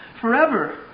forever